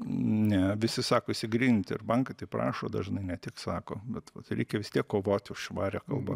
ne visi sako išsigryninti ir bankai taip rašo dažnai ne tik sako bet tai reikia vis tiek kovoti už švarią kalbą